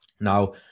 Now